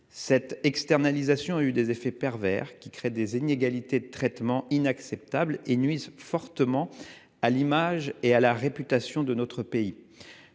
Cette externalisation a eu des effets pervers, qui créent des inégalités de traitement inacceptables et nuisent fortement à l'image et à la réputation de notre pays.